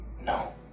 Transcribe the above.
No